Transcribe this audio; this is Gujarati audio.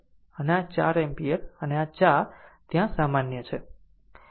અને આ 4 એમ્પીયર અને આ 4 ત્યાં સામાન્ય છે